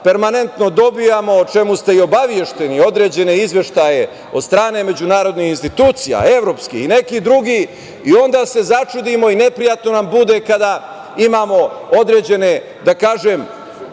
Permanentno dobijamo, o čemu ste i obavešteni, određene izveštaje od strane međunarodnih institucija, evropskih i nekih drugih i onda se začudimo i neprijatno nam bude kada imamo određene, da kažem,